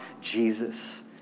Jesus